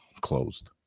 closed